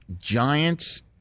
Giants